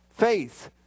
faith